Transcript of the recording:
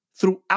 throughout